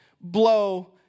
blow